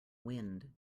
wind